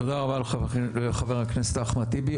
תודה רבה לחבר הכנסת אחמד טיבי,